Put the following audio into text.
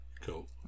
Cool